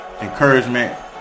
Encouragement